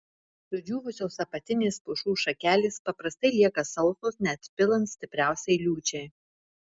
sudžiūvusios apatinės pušų šakelės paprastai lieka sausos net pilant stipriausiai liūčiai